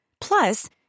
Plus